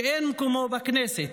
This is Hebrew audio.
שאין מקומו בכנסת",